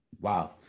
wow